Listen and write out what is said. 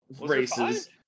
races